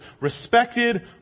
respected